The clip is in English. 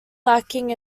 lacking